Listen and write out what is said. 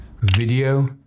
video